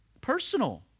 personal